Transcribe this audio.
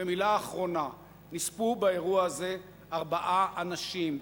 ומלה אחרונה: נספו באירוע הזה ארבעה אנשים,